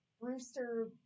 Rooster